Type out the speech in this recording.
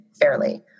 fairly